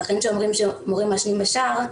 לכן כשאומרים שמורים מעשנים בשער,